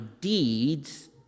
deeds